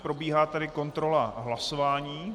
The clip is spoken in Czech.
Probíhá tady kontrola hlasování.